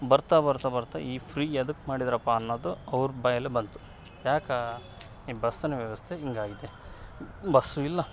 ಬರ್ತಾ ಬರ್ತಾ ಬರ್ತಾ ಈ ಫ್ರೀ ಎದುಕ್ಕೆ ಮಾಡಿದ್ದಾರಪ್ಪ ಅನ್ನೋದು ಅವ್ರ ಬಾಯಲ್ಲೆ ಬಂತು ಯಾಕೆ ಈ ಬಸ್ನ ವ್ಯವಸ್ಥೆ ಹಿಂಗಾಗಿದೆ ಬಸ್ಸು ಇಲ್ಲ